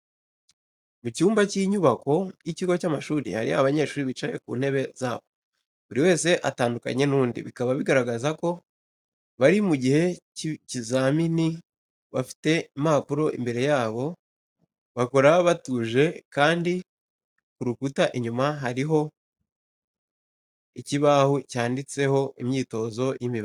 Mu cyumba cy’inyubako y’ikigo cy’amashuri, hari abanyeshuri bicaye ku ntebe zabo, buri wese atandukanye n’undi, bikaba bigaragaza ko bari mu gihe cy'ikizamini. Bafite impapuro imbere yabo, bakora batuje, kandi ku rukuta inyuma hariho ikibaho cyanditseho imyitozo y'imibare.